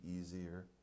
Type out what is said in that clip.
easier